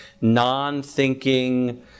non-thinking